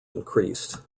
increased